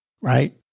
Right